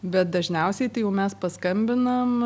bet dažniausiai tai jau mes paskambinam